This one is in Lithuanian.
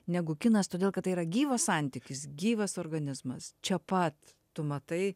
negu kinas todėl kad tai yra gyvas santykis gyvas organizmas čia pat tu matai